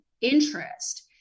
interest